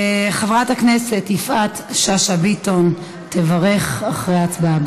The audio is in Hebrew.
חברת הכנסת יפעת שאשא ביטון תברך, אחרי ההצבעה.